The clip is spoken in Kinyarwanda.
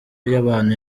y’abantu